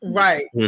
right